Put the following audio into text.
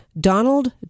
Donald